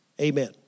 amen